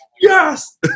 yes